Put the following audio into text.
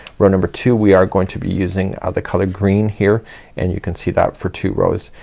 row number two we are going to be using ah the color green here and you can see that for two rows.